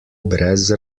brez